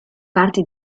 parte